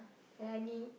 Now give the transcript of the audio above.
Rani